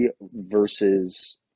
versus